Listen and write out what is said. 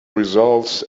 results